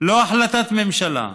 לא החלטת ממשלה,